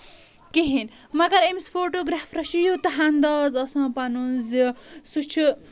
کِہنٛۍ مَگر أمِس فوٹوگریفرس چُھ یوٗتاہ اَنٛدازٕ آسان پَنُن زِ سُہ چھُ